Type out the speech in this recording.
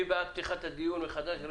מי בעד פתיחת הדיון מחדש?